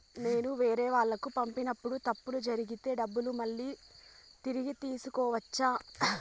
నేను వేరేవాళ్లకు పంపినప్పుడు తప్పులు జరిగితే డబ్బులు మళ్ళీ తిరిగి తీసుకోవచ్చా?